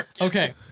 Okay